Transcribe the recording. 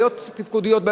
בעיות תפקודיות,